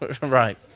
right